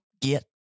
get